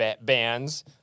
bands